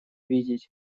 видеть